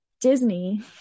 Disney